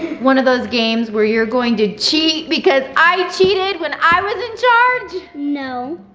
one of those games where you're going to cheat because i cheated when i was in charge? no.